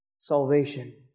salvation